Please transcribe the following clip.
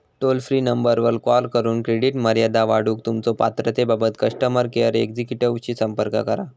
toll free नंबरवर call करून credit मर्यादा वाढवूक तुमच्यो पात्रतेबाबत कस्टमर केअर एक्झिक्युटिव्हशी संपर्क करा